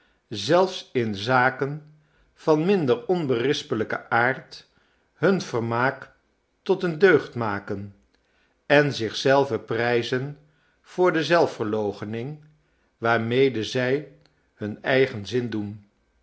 zelfs in zaken van minder onberispelijken aard hun vermaak tot eene deugd maken en zich zelven prijzen voor de zelfverloochening waarmede zij hun eigen zin doen